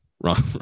wrong